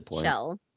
shell